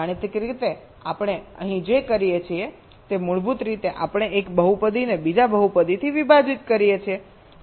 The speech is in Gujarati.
ગાણિતિક રીતે આપણે અહીં જે કરીએ છીએ તે મૂળભૂત રીતે આપણે એક બહુપદીને બીજા બહુપદીથી વિભાજીત કરીએ છીએ અને રિમાઇન્ડર લઈએ છીએ